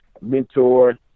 mentor